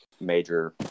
major